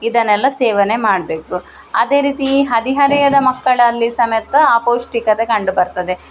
ಇದನ್ನೆಲ್ಲ ಸೇವನೆ ಮಾಡಬೇಕು ಅದೇ ರೀತಿ ಈ ಹದಿಹರೆಯದ ಮಕ್ಕಳಲ್ಲಿ ಸಮೇತ ಅಪೌಷ್ಟಿಕತೆ ಕಂಡುಬರ್ತದೆ